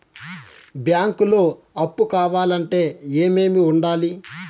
బ్యాంకులో అప్పు కావాలంటే ఏమేమి ఉండాలి?